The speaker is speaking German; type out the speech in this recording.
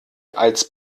als